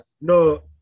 No